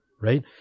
right